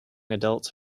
adults